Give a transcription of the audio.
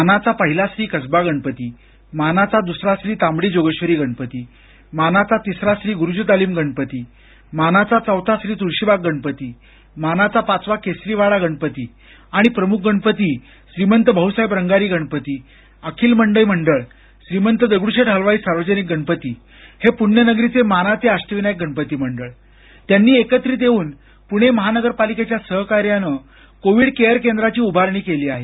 मानाचा पहिला श्री कसबा गणपती मानाचा दुसरा श्री तांबडी जोगेश्वरी गणपती मानाचा तिसरा श्री गुरुजी तालीम गणपती मानाचा चौथा श्री तुळशीबाग गणपती मानाचा पाचवा केसरी वाडा गणपती आणि प्रमुख गणपती श्रीमंत भाऊसाहेब रंगारी गणपती अखिल मंडई मंडळ श्रीमंत दगडुशेठ हलवाई सार्वजनिक गणपती हे पृण्यनगरीचे मानाचे अष्टविनायक गणपती मंडळ एकत्रित येऊन त्यांनी पणे महानगरपालिकेच्या सहकार्यानं कोविड केअर केंद्राची उभारणी केली आहे